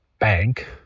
Bank